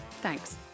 Thanks